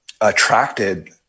attracted